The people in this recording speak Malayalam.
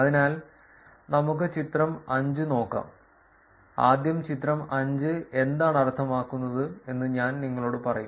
അതിനാൽ നമുക്ക് ചിത്രം 5 നോക്കാം ആദ്യം ചിത്രം 5 എന്താണ് അർത്ഥമാക്കുന്നത് എന്ന് ഞാൻ നിങ്ങളോട് പറയും